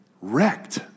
wrecked